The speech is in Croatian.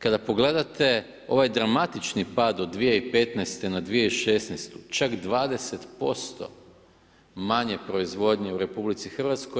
Kada pogledate ovaj dramatičan pad od 2015. na 2016. čak 20% manje proizvodnje u RH.